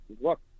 look